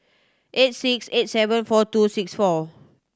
eight six eight seven four two six four